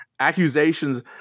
accusations